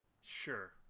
Sure